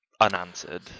unanswered